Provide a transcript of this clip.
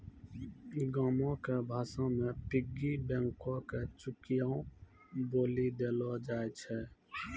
गांवो के भाषा मे पिग्गी बैंको के चुकियो बोलि देलो जाय छै